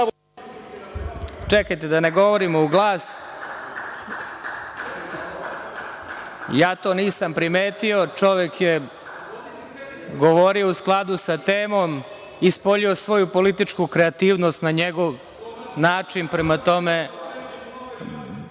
Čekajte da ne govorimo u glas. Ja to nisam primetio. Čovek je govorio u skladu sa temom, ispoljio svoju političku kreativnost na njegova način. Da li